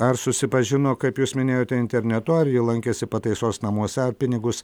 ar susipažino kaip jūs minėjote internetu ar ji lankėsi pataisos namuose ar pinigus